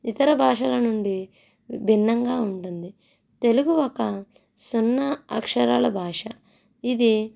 ఇతర భాషల నుండి భిన్నంగా ఉంటుంది తెలుగు ఒక సున్నా అక్షరాల భాష ఇది